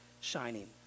shining